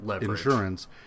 insurance